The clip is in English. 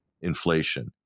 inflation